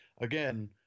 again